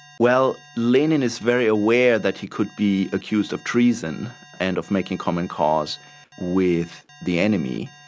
well, lenin is very aware that he could be accused of treason and of making common cause with the enemy.